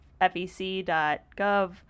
fec.gov